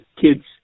kids